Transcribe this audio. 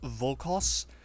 Volkos